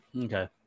Okay